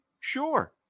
Sure